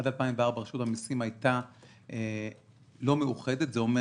עד 2004 רשות המסים הייתה לא מאוחדת וזה אומר